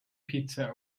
pizza